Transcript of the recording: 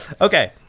Okay